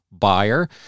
buyer